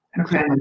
okay